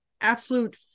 absolute